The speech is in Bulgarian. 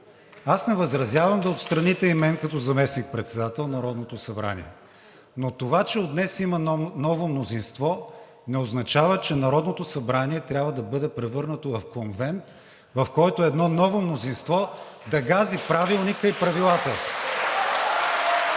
Аз не възразявам да отстраните и мен като заместник-председател на Народното събрание, но това, че от днес има ново мнозинство, не означава, че Народното събрание трябва да бъде превърнато в конвент, в който едно ново мнозинство да гази Правилника и правилата.